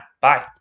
Bye